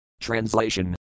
Translation